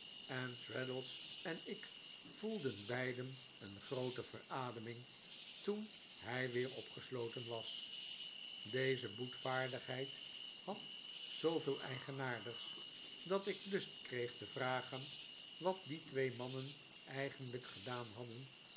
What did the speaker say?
en traddles en ik voelden beiden een groote verademing toen hij weer opgesloten was deze boetvaardigheid had zooveel eigenaardigs dat ik lust kreeg te vragen wat die twee mannen eigenlijk gedaan hadden